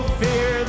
fear